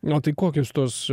na tai kokius tuos